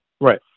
Right